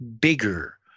bigger